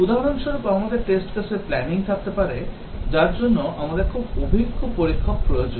উদাহরণস্বরূপ আমাদের test case র planning থাকতে পারে যার জন্য আমাদের খুব অভিজ্ঞ পরীক্ষক প্রয়োজন